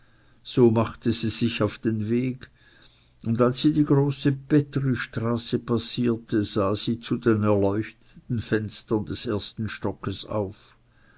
so machte sie sich auf den weg und als sie die große petristraße passierte sah sie zu den erleuchteten fenstern des ersten stockes auf